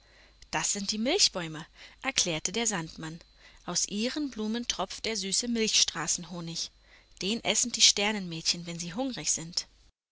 das sind die milchbäume erklärte das sandmännchen aus ihren blumen tropft der süße den essen die sternenmädchen wenn sie hungrig sind